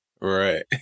right